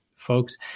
folks